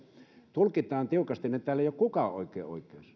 tulkitaan tiukasti ei ole oikein kukaan oikeassa